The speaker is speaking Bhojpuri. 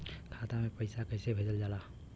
खाता में पैसा कैसे भेजल जाला?